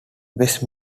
west